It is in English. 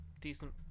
Decent